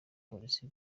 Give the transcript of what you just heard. polisi